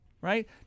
Right